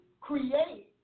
create